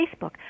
Facebook